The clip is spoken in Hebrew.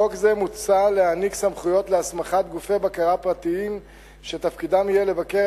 בחוק זה מוצע להעניק סמכויות להסמכת גופי בקרה פרטיים שתפקידם יהיה לבקר